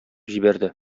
җибәрде